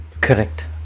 correct